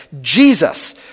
Jesus